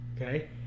Okay